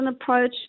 approach